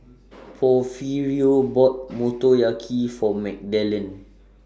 Porfirio bought Motoyaki For Magdalen